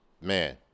man